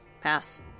Pass